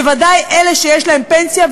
בוודאי אלה שיש להם פנסיה.